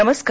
नमस्कार